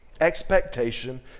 Expectation